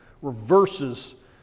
reverses